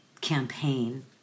campaign